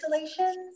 installations